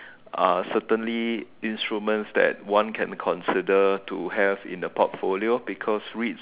uh certainly instruments that one can consider to have in the portfolio because R_E_I_T_S